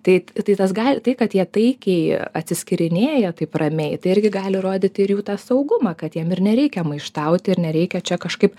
tai tas gal tai kad jie taikiai atsiskirinėja taip ramiai tai irgi gali rodyti ir jų tą saugumą kad jiem ir nereikia maištauti ir nereikia čia kažkaip